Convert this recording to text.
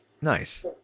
Nice